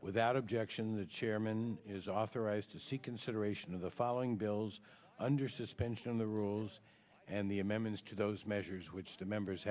without objection the chairman is authorized to see consideration of the following bills under suspension of the rules and the amendments to those measures which the members